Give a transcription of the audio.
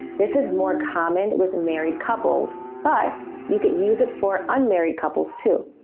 this is more common with married couples, but you could use it for unmarried couples, too.